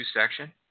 section